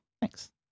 Thanks